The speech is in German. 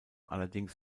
allerdings